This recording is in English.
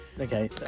okay